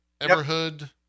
Everhood